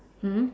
mm